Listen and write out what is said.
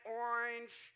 orange